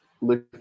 look